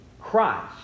Christ